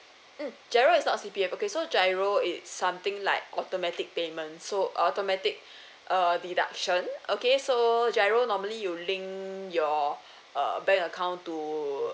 mm G_I_R_O is not C_P_F okay so G_I_R_O is something like automatic payment so automatic err deduction okay so G_I_R_O normally you link your err bank account to